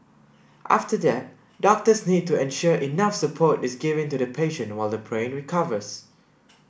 after that doctors need to ensure enough support is given to the patient while the brain recovers